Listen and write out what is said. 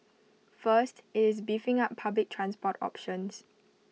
first IT is beefing up public transport options